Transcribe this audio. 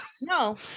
No